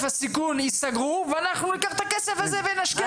הסיכון ייסגרו ואנחנו ניקח את הכסף הזה ונשקיע